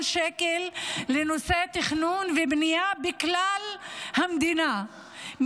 שקל לנושא תכנון ובנייה בכלל המדינה,